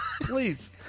Please